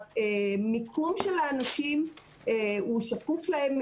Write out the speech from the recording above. המיקום של האנשים הוא שקוף להם.